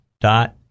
dot